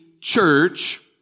Church